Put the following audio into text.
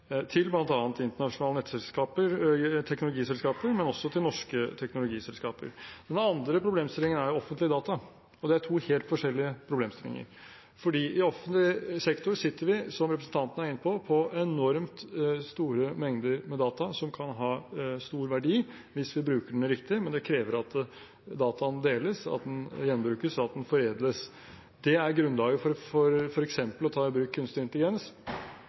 til bl.a. internasjonale teknologiselskaper, men også til norske teknologiselskaper. Den andre problemstillingen gjelder offentlige data, og det er en helt annen problemstilling. I offentlig sektor sitter vi, som representanten er inne på, på enormt store mengder med data som kan ha stor verdi hvis vi bruker dem riktig, men det krever at dataen deles, at den gjenbrukes, og at den foredles. Det er grunnlaget for f.eks. å ta i bruk